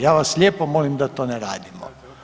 Ja vas lijepo molim da to ne radimo.